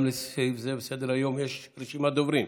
גם לסעיף זה בסדר-היום יש רשימת דוברים.